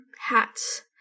hats